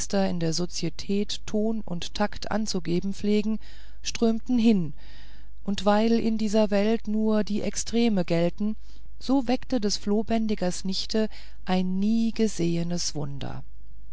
in der sozietät ton und takt anzugeben pflegen strömte hin und weil in dieser welt nur die extreme gelten so weckte des flohbändigers nichte ein nie gesehenes wunder